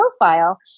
profile